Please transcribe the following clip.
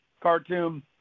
cartoon